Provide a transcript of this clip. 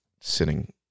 sitting